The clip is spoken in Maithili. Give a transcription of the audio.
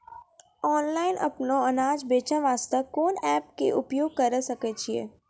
ऑनलाइन अपनो अनाज बेचे वास्ते कोंन एप्प के उपयोग करें सकय छियै?